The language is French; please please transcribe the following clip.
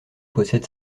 possède